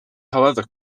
however